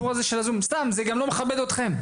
זה גם לא מכבד אתכם.